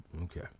okay